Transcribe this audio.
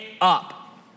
up